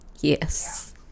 Yes